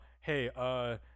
hey